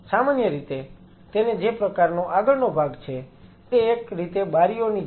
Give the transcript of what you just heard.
સામાન્ય રીતે તેને જે પ્રકારનો આગળનો ભાગ છે તે એક રીતે બારીઓની જેમ છે